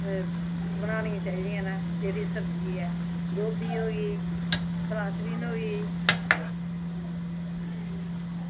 बनानी चाही दियां न जेह्ड़ी सब्जी ऐ गोभी होई फ्रैश बीन्स होई